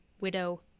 Widow